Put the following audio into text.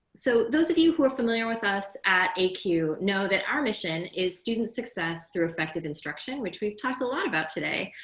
so those of you who are familiar with us at acue know that our mission is student success through effective instruction, which we've talked a lot about today.